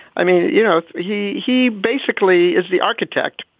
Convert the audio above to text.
i mean, you know, he he basically is the architect